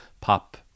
pop